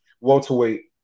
welterweight